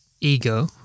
ego